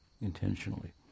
intentionally